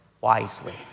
wisely